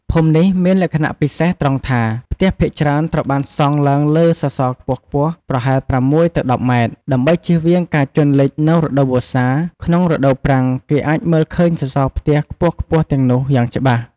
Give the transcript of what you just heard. ភូមិនេះមានលក្ខណៈពិសេសត្រង់ថា ផ្ទះភាគច្រើនត្រូវបានសង់ឡើងលើសសរខ្ពស់ៗ ប្រហែល ៦ ទៅ ១០ ម៉ែត្រ ដើម្បីជៀសវាងការជន់លិចនៅរដូវវស្សា។ ក្នុងរដូវប្រាំង គេអាចមើលឃើញសសរផ្ទះខ្ពស់ៗទាំងនោះយ៉ាងច្បាស់។